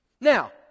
Now